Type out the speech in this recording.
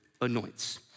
anoints